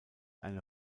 eine